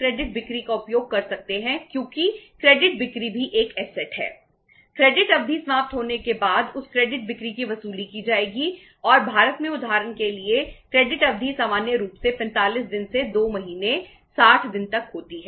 credit अवधि समाप्त होने के बाद उस क्रेडिट बिक्री की वसूली की जाएगी और भारत में उदाहरण के लिए क्रेडिट अवधि सामान्य रूप से 45 दिन से 2 महीने 60 दिन तक होती है